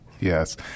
Yes